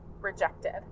rejected